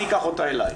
אני אקח אותה אלי'.